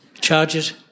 Charges